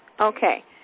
Okay